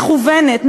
מכוונת,